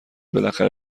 بالاخره